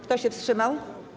Kto się wstrzymał?